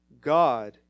God